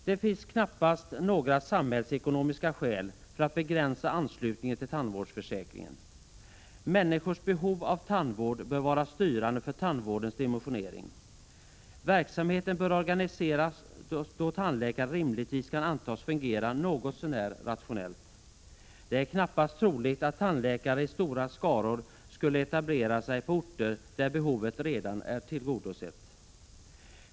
Det finns knappast några samhällsekonomiska skäl för att begränsa anslutningen till tandvårdsförsäkringen. Människors behov av tandvård bör vara styrande för tandvårdens dimensionering. Verksamheten bör organiseras då tandläkare rimligtvis kan antas fungera något så när rationellt. Det är knappast troligt att tandläkare i stora skaror skulle etablera sig på orter där behovet redan är tillgodosett.